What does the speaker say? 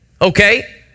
okay